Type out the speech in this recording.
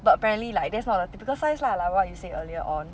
but apparently like that's not the typical size lah like what you said earlier on